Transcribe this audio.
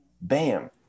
Bam